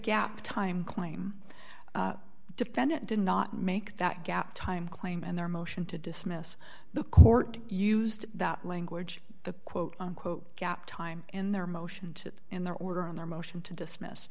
gap time claim defendant did not make that gap time claim and their motion to dismiss the court used that language the quote unquote gap time in their motion to in their order in their motion to dismiss